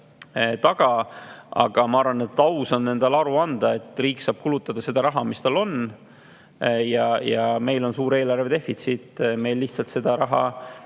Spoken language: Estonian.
Aga ma arvan, et aus on endale aru anda, et riik saab kulutada seda raha, mis tal on. Ja meil on suur eelarve defitsiit, meil lihtsalt seda raha